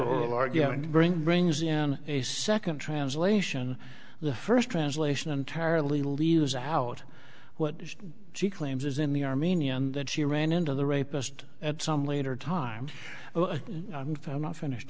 to bring brings in a second translation the first translation entirely leaves out what she claims is in the armenian that she ran into the rapist at some later time well i'm for i'm not finished